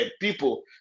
people